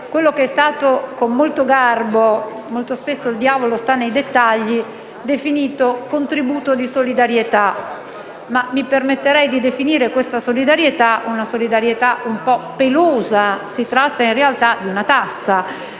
quello che è stato con molto garbo (molto spesso il diavolo sta nei dettagli) definito contributo di solidarietà, ma mi permetterei di definire questa solidarietà come una solidarietà un po' pelosa. Si tratta in realtà di una tassa